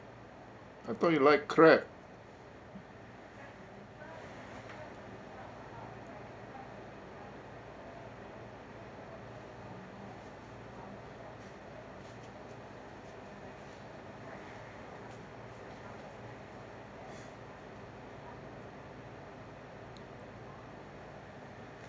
I thought you like crab